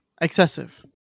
excessive